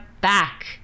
back